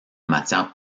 matière